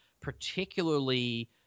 particularly